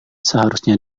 seharusnya